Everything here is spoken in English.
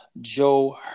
Joe